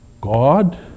God